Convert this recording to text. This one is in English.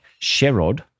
Sherrod